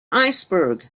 iceberg